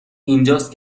اینجاست